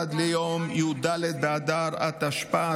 עד ליום י"ד באדר התשפ"ה,